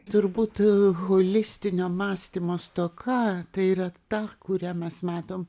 turbūt holistinio mąstymo stoka tai yra ta kurią mes matom